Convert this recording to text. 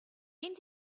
энэ